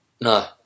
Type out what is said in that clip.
No